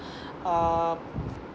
uh